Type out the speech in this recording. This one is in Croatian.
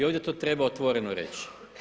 I ovdje to treba otvoreno reći.